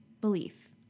belief